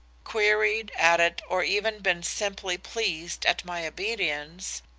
queried at it or even been simply pleased at my obedience,